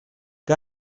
que